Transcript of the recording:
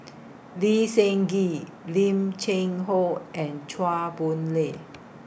Lee Seng Gee Lim Cheng Hoe and Chua Boon Lay